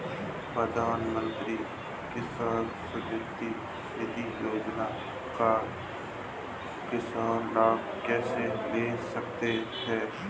प्रधानमंत्री किसान सम्मान निधि योजना का किसान लाभ कैसे ले सकते हैं?